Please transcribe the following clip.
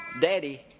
Daddy